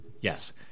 yes